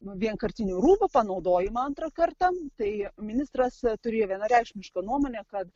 nu vienkartinių rūbų panaudojimą antrą kartą tai ministras turi vienareikšmišką nuomonę kad